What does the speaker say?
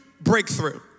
breakthrough